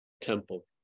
temple